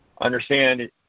understand